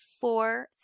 four